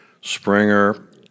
Springer